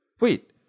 Wait